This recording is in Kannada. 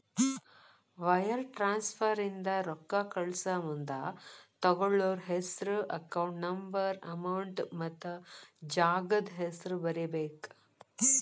ವೈರ್ ಟ್ರಾನ್ಸ್ಫರ್ ಇಂದ ರೊಕ್ಕಾ ಕಳಸಮುಂದ ತೊಗೋಳ್ಳೋರ್ ಹೆಸ್ರು ಅಕೌಂಟ್ ನಂಬರ್ ಅಮೌಂಟ್ ಮತ್ತ ಜಾಗದ್ ಹೆಸರ ಬರೇಬೇಕ್